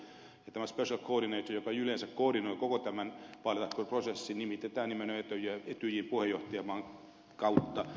tämä special coordinator joka yleensä koordinoi koko tämän vaalitarkkailuprosessin nimitetään nimenomaan etyjin puheenjohtajamaan kautta